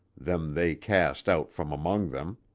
them they cast out from among them.